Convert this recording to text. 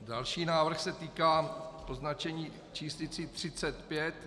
Další návrh se týká označení číslicí 35.